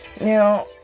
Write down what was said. now